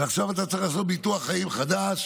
ועכשיו אתה צריך לעשות ביטוח חיים חדש,